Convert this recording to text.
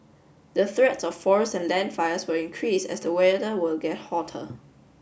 the threats of forest and land fires will increase as the weather will get hotter